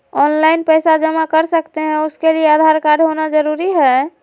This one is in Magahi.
ऑनलाइन पैसा जमा कर सकते हैं उसके लिए आधार कार्ड होना जरूरी है?